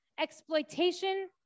exploitation